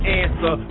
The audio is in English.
answer